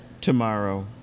tomorrow